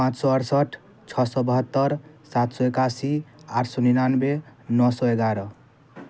पाँच सओ अड़सठि छओ सओ बहत्तरि सात सौ एकासी आठ सओ निनानबे नओ सओ एगारह